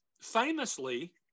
famously